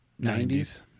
90s